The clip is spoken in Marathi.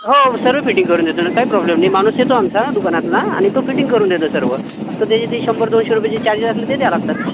हो हो सर्व फिटिंग करून देतो ना काही प्रॉब्लेम नाही माणूस येतो आमचा दुकानातला आणि तो फिटिंग करून देतो सर्व फक्त त्याचे ते शंभर दोनशे रुपये जे चार्जेस असतील ते द्यावे लागतात